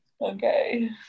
Okay